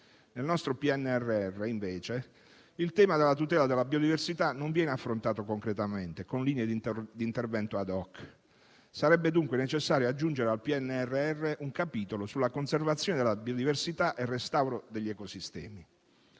Nel nostro PNRR, invece, il tema della tutela della biodiversità non viene affrontato concretamente con linee di intervento *ad hoc*. Sarebbe dunque necessario aggiungere al PNRR un capitolo su "Conservazione della biodiversità e restauro degli ecosistemi".